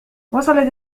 وصلت